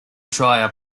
dyer